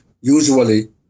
usually